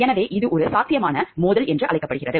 எனவே இது சாத்தியமான வட்டி மோதல் என்று அழைக்கப்படுகிறது